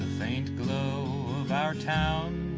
faint glow of our town